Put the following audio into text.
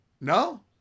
no